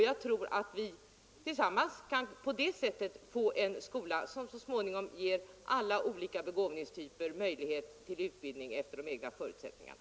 Jag tror att vi tillsammans på det sättet kan få en skola som så småningom ger alla olika begåvningstyper möjlighet till utbildning efter de egna förutsättningarna.